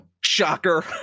shocker